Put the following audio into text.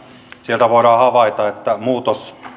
sieltä voidaan havaita että muutos